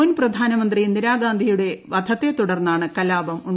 മുൻ പ്രധാനമന്ത്രി ഇന്ദിരാഗാന്ധിയുടെ വധത്തെ തുടർന്നാണ് കലാപം ഉണ്ടായത്